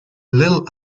little